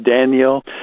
Daniel